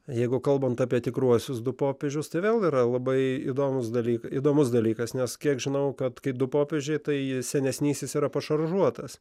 jeigu kalbant apie tikruosius du popiežius tai vėl yra labai įdomūs dalykai įdomus dalykas nes kiek žinau kad kai du popiežiai tai senesnysis yra pašaržuotas